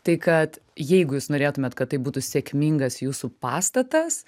tai kad jeigu jūs norėtumėt kad tai būtų sėkmingas jūsų pastatas